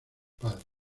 padres